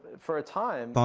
for a time,